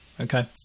Okay